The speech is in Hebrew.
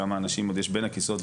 כמה אנשים עוד יש בין הכיסאות.